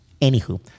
Anywho